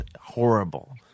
horrible